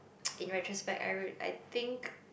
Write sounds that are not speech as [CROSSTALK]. [NOISE] in retrospect I would I think